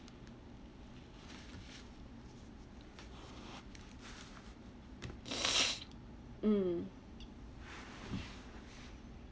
mm